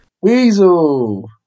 Weasel